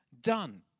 done